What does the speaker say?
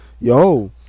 Yo